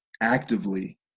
actively